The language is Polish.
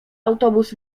autobus